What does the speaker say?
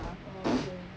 oh okay